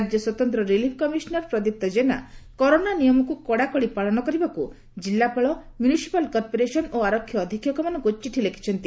ରାଜ୍ୟ ସ୍ୱତନ୍ତ୍ର relief commissioner Pradipta କେନା କରୋନା ନିୟମକୁ କଡାକଡି ପାଳନ କରିବାକୁ ଜିଲ୍ଲାପାଳ ମ୍ୟୁନିସିପାଲ କର୍ପୋରେସନ ଓ ଆରକ୍ଷୀ ଅଧୀକ୍ଷକମାନଙ୍କୁ ଚିଠି ଲେଖିଛନ୍ତି